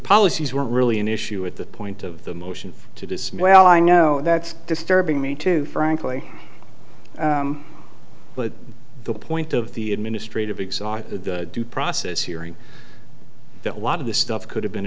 policies weren't really an issue at the point of the motion to dismiss well i know that's disturbing me too frankly but the point of the administrative exotic due process hearing that a lot of this stuff could have been